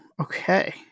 okay